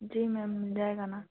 जी ma'am मिल जाएगा ना